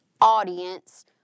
audience